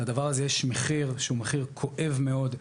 לדבר הזה יש מחיר שהוא מחיר כואב מאוד,